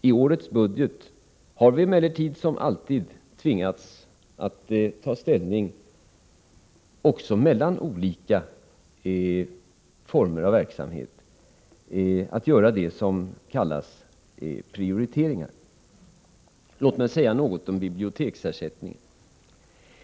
I årets budget har vi emellertid, som alltid, tvingats att ta ställning också mellan olika former av verksamhet, att göra det som kallas prioriteringar. Låt mig säga något om biblioteksersättningen.